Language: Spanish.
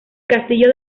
castillo